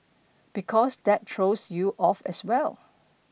because that throws you off as well